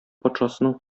патшасының